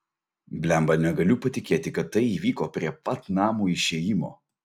blemba negaliu patikėti kad tai įvyko prie pat namo išėjimo